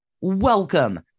welcome